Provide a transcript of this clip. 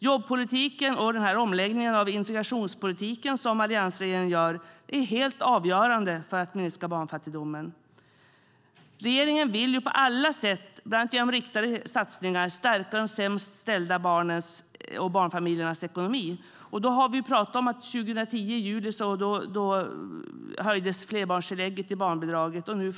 Jobbpolitiken och den omläggning av integrationspolitiken som alliansregeringen gör är helt avgörande för att minska barnfattigdomen. Regeringen vill på alla sätt, bland annat genom riktade satsningar, stärka de sämst ställda barnens och barnfamiljernas ekonomi. Vi har pratat om att flerbarnstillägget i barnbidraget höjdes i juli 2010.